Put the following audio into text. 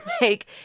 make